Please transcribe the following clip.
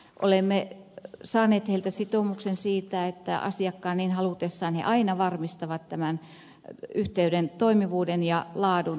olemme saaneet heiltä sitoumuksen siitä että asiakkaan niin halutessa he aina varmistavat tämän yhteyden toimivuuden ja laadun